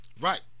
Right